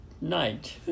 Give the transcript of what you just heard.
night